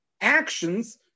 actions